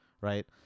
right